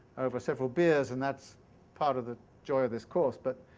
over several beers and that's part of the joy of this course. but